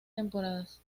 temporadas